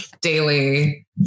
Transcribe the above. daily